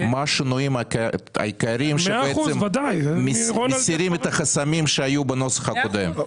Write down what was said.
מה השינויים העיקריים שבעצם מסירים את החסמים שיו בנוסח הקודם.